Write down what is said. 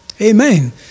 Amen